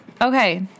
Okay